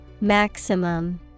maximum